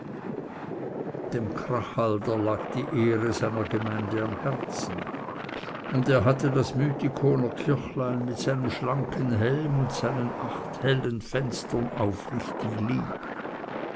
dem krachhalder lag die ehre seiner gemeinde am herzen und er hatte das mythikonerkirchlein mit seinem schlanken helme und seinen hellen acht fenstern aufrichtig lieb